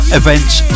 events